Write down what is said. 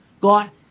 God